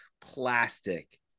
plastic